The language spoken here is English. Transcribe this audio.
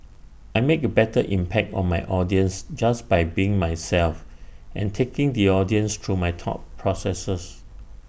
I make A better impact on my audience just by being myself and taking the audience through my thought processes